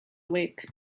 awake